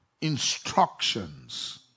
instructions